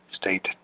state